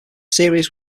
series